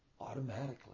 Automatically